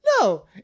No